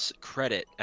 credit